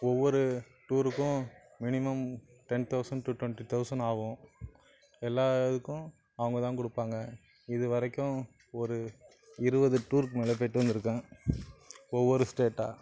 ஒவ்வொரு டூருக்கும் minimum ten thousand to twenty thousand ஆகும் எல்லா இதுக்கும் அவங்கதான் கொடுப்பாங்க இது வரைக்கும் ஒரு இருபது டூர்க்கு மேலே போய்ட்டு வந்துருக்கேன் ஒவ்வொரு ஸ்டேட்டாக